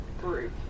group